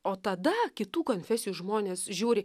o tada kitų konfesijų žmonės žiūri